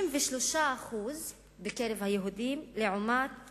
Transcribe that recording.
53% בקרב היהודים לעומת